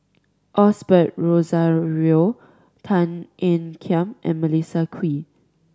Osbert Rozario Tan Ean Kiam and Melissa Kwee